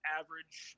average